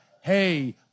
hey